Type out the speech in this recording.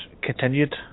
continued